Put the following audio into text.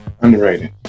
Underrated